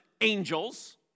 angels